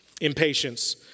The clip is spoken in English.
Impatience